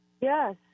Yes